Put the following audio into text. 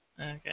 okay